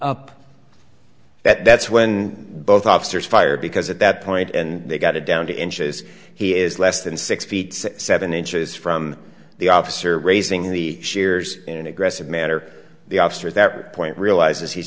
up that's when both officers fired because at that point and they got it down to inches he is less than six feet seven inches from the officer raising the sheers in an aggressive manner the officer at that point realizes he's